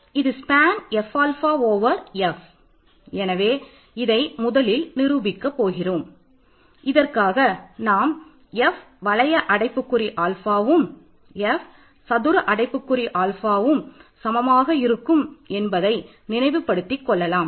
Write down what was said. நமக்கு nயை விட அதிக பவர் எடுத்துக்கொள்ளலாம்